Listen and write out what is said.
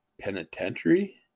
Penitentiary